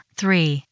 three